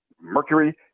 Mercury